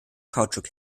kautschuk